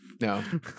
no